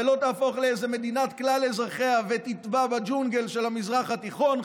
שלא תהפוך לאיזה מדינת כלל אזרחיה ותטבע בג'ונגל של המזרח התיכון,